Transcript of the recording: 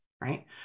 right